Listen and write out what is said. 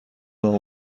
نام